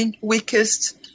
weakest